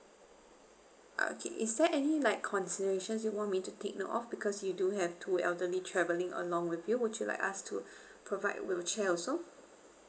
okay is there any like considerations you want me to take note of because you do have two elderly travelling along with you would you like us to provide wheelchair also